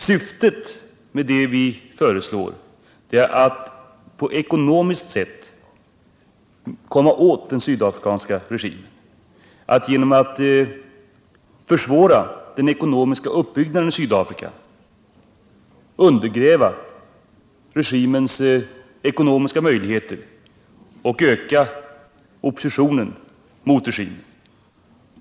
Syftet med det vi föreslår är att med ekonomiska medel komma åt den sydafrikanska regimen, att genom att försvåra den ekonomiska uppbyggnaden i Sydafrika undergräva regimens ekonomiska möjligheter och stärka oppositionen mot den.